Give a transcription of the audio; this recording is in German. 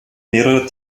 mehrere